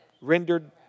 Rendered